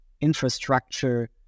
infrastructure